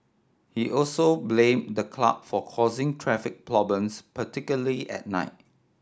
he also blamed the club for causing traffic problems particularly at night